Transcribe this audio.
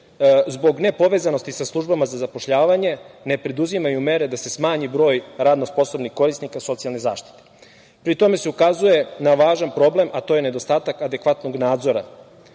zbog nepovezanosti sa službama za zapošljavanje ne preduzimaju mere da se smanji broj radno sposobnih korisnika socijalne zaštite. Pri tome se ukazuje na važan problem, a to je nedostatak adekvatnog nadzora.